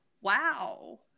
Wow